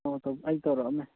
ꯑꯣ ꯇꯧ ꯑꯩ ꯇꯧꯔꯛꯑꯝꯃꯦ